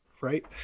right